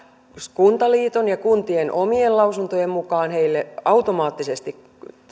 kuntaliiton ja kuntien omien lausuntojen mukaan heille automaattisesti